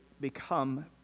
become